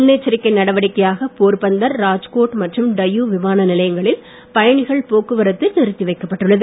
முன் எச்சரிக்கை நடவடிக்கையாக போர்பந்தர் ராஜ்கோட் மற்றும் டையு விமானநிலையங்களில் பயணிகள் போக்குவரத்து நிறுத்தி வைக்கப்பட்டுள்ளது